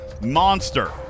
Monster